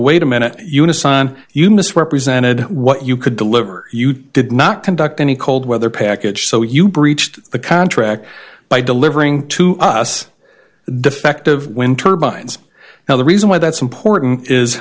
wait a minute unisom you misrepresented what you could deliver you did not conduct any cold weather package so you breached the contract by delivering to us defective wind turbines now the reason why that's important is